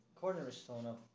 cornerstone